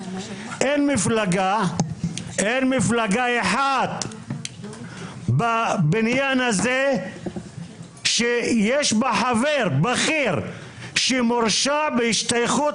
אין מפלגה אחת בבניין הזה שיש בה חבר בכיר שמורשע בהשתייכות